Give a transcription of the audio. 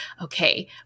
okay